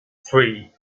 three